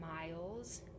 miles